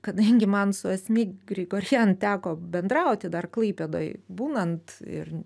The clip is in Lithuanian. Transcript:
kadangi man su asmik grigorian teko bendrauti dar klaipėdoj būnant ir